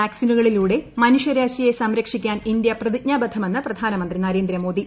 വാക്സിനുകളിലൂടെ മനുഷ്യരാശിയെ സംരക്ഷിക്കാൻ ഇന്ത്യ പ്രതിജ്ഞാബദ്ധമെന്ന് പ്രധാനമന്ത്രി നരേന്ദ്രമോദി